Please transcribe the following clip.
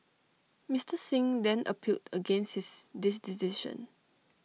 Mister Singh then appealed against this decision